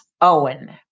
Owen